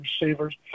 receivers